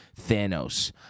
Thanos